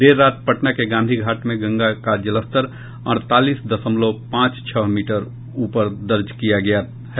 देर रात पटना के गांधी घाट में गंगा का जलस्तर अड़तालीस दशमल पांच छह मीटर ऊपर दर्ज किया गया है